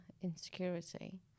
insecurity